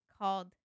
called